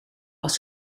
was